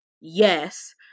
Yes